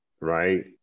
right